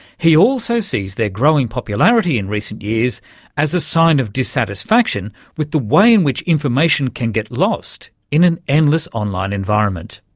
he also sees their growing popularity in recent years as a sign of dissatisfaction with the way in which information can get lost in an endless online environment.